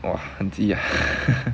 !wah! 很急啊